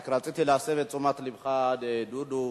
רק רציתי להסב את תשומת לבך, דודו.